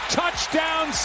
touchdown